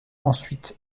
ensuite